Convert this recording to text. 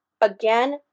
again